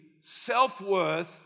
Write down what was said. self-worth